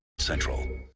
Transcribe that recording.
central.